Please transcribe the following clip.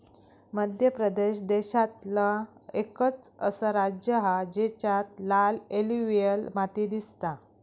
मध्य प्रदेश देशांतला एकंच असा राज्य हा जेच्यात लाल एलुवियल माती दिसता